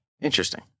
Interesting